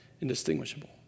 indistinguishable